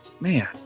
man